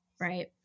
right